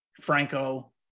Franco